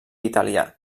italià